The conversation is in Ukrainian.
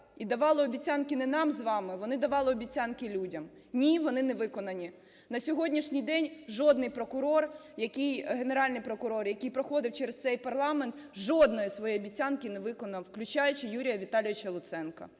і давали обіцянки не вам з вами, вони давали обіцянки людям? Ні, вони не виконані. На сьогоднішній день жодний прокурор, Генеральний прокурор, який проходив через цей парламент, жодної своєї обіцянки не виконав, включаючи Юрія Віталійовича Луценка.